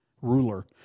ruler